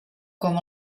com